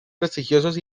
prestigiosos